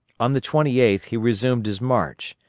on the twenty eighth he resumed his march,